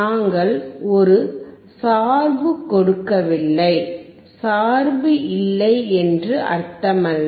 நாங்கள் ஒரு சார்பு கொடுக்கவில்லை சார்பு இல்லை என்று அர்த்தமல்ல